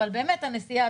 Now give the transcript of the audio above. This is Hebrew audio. אבל הנסיעה,